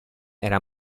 era